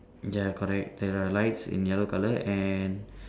ya correct there are lights in yellow colour and